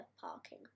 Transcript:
parking